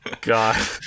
God